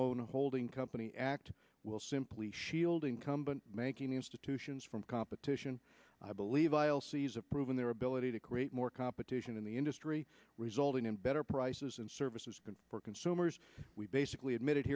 loan holding company act will simply shield incumbent making institutions from competition i believe i'll seize approving their ability to create more competition in the industry resulting in better prices and services for consumers we basically admitted